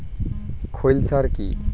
খৈল সার কি?